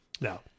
No